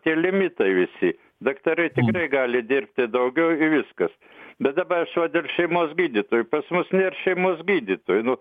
tie limitai visi daktarai tikrai gali dirbti daugiau viskas bet dabar aš va dėl šeimos gydytojų pas mus nėr šeimos gydytojų nu